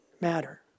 matter